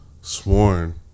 sworn